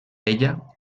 ella